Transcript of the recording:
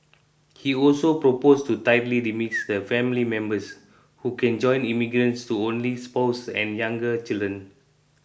he also proposed to tightly limits the family members who can join immigrants to only spouses and younger children